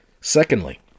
Secondly